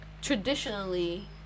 traditionally